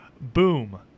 Boom